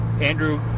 Andrew